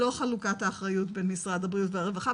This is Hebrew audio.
לא חלוקת האחריות בין משרד הבריאות והרווחה,